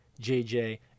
JJ